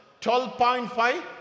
12.5